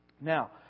Now